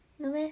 no meh